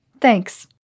Thanks